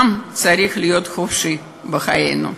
העם צריך להיות חופשי בחייו.